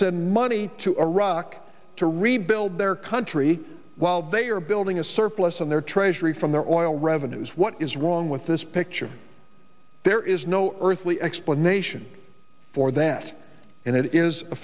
send money to iraq to rebuild their country while they are building a surplus on their treasury from their oil revenues what is wrong with this picture there is no earthly explanation for that and it is a